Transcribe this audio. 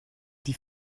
die